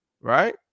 right